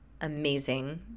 amazing